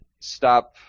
stop